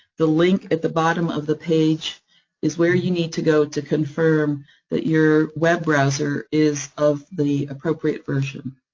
the link at the bottom of the page is where you need to go to confirm that your web browser is of the appropriate version.